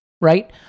right